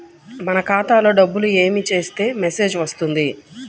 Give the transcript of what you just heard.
మన ఖాతాలో డబ్బులు ఏమి చేస్తే మెసేజ్ వస్తుంది?